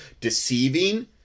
Deceiving